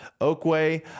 Oakway